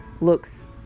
looks